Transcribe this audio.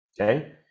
okay